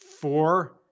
Four